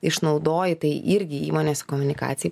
išnaudoji tai irgi įmonės komunikacijai